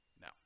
No